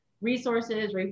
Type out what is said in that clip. resources